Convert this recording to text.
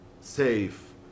safe